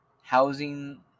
Housing